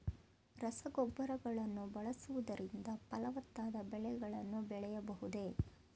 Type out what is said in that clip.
ರಸಗೊಬ್ಬರಗಳನ್ನು ಬಳಸುವುದರಿಂದ ಫಲವತ್ತಾದ ಬೆಳೆಗಳನ್ನು ಬೆಳೆಯಬಹುದೇ?